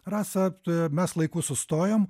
rasa t mes laiku sustojom